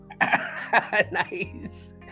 Nice